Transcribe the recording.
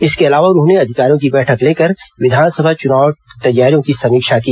इसके अलावा उन्होंने अधिकारियों की बैठक लेकर विधानसभा चुनाव तैयारियों की समीक्षा की